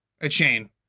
A-chain